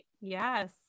Yes